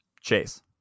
Chase